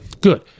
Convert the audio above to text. good